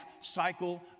cycle